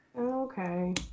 okay